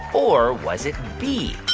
or was it b,